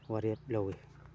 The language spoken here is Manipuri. ꯋꯥꯔꯦꯞ ꯂꯧꯋꯤ